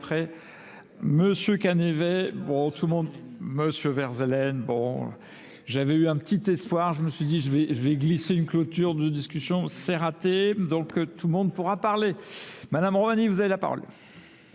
après, M. Cannevet, bon, tout le monde, M. Verzelaine, bon, j'avais eu un petit espoir, je me suis dit, je vais glisser une clôture de discussion, c'est raté, donc tout le monde pourra parler. Mme Roumanie, vous avez la parole.